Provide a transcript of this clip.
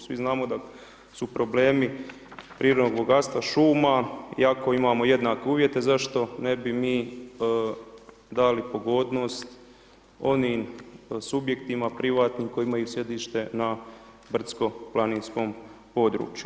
Svi znamo da su problemi prirodnog bogatstva šuma i ako imamo jednake uvjete, zašto ne bi mi dali pogodnost onim subjektima privatnim koji imaju sjedište na brdsko-planinskom području.